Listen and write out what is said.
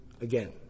again